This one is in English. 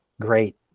great